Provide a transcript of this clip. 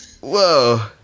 whoa